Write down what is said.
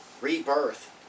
rebirth